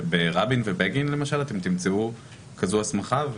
ברבין ובבגין למשל, אתם תמצאו כזאת הסמכה.